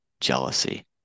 jealousy